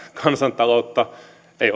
kansantaloutta ei